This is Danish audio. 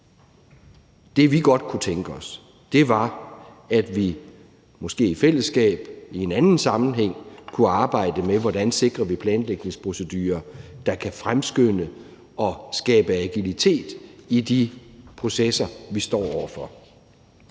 Det, vi godt kunne tænke os, var, at vi måske i fællesskab i en anden sammenhæng kunne arbejde med, hvordan vi sikrer planlægningsprocedurer, der kan fremskynde og skabe agilitet i de processer, vi står over for.